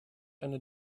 eine